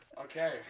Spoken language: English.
Okay